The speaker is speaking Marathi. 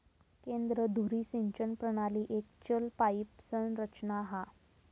केंद्र धुरी सिंचन प्रणाली एक चल पाईप संरचना हा